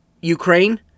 Ukraine